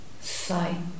sight